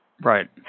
Right